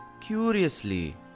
curiously